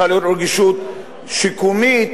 צריכה להיות רגישות שיקומית,